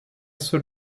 seul